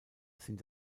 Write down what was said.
sind